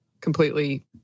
completely